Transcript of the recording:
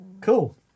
Cool